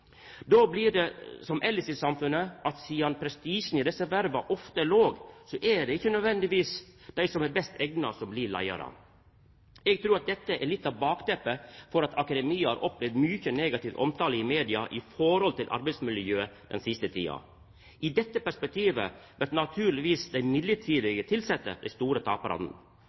Då blir det som elles i samfunnet, at sidan prestisjen i desse verva ofte er låg, er det ikkje nødvendigvis dei som er best eigna som blir leiarar. Eg trur at dette er litt av bakteppet for at akademia i media den siste tida har opplevd mykje negativ omtale av arbeidsmiljøet. I dette perspektivet blir naturlegvis dei midlertidig tilsette dei store taparane.